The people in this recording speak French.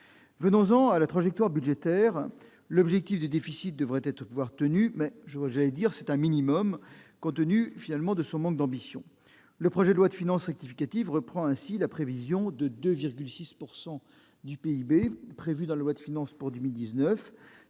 S'agissant de la trajectoire budgétaire, l'objectif de déficit devrait être tenu, mais c'est un minimum, compte tenu de son manque d'ambition. Le projet de loi de finances rectificative reprend ainsi la prévision de 2,6 % du PIB retenue dans la loi de finances pour 2019,